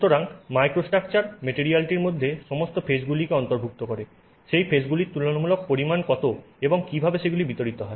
সুতরাং মাইক্রোস্ট্রাকচার মেটেরিয়ালটির মধ্যে সমস্ত ফেজগুলিকে অন্তর্ভুক্ত করে সেই ফেজগুলির তুলনামূলক পরিমাণ কত এবং কীভাবে সেগুলি বিতরিত হয়